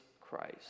Christ